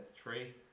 three